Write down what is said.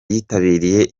yitabiriye